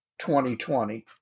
2020